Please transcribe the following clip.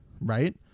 right